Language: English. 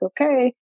Okay